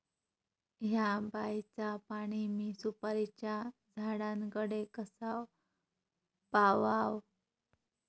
हया बायचा पाणी मी सुपारीच्या झाडान कडे कसा पावाव?